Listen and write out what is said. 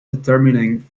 determining